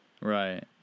Right